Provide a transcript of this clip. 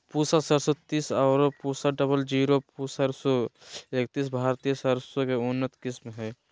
पूसा सरसों तीस आरो पूसा डबल जीरो सरसों एकतीस भारतीय सरसों के उन्नत किस्म हय